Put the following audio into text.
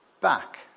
back